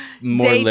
more